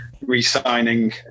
re-signing